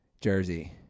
jersey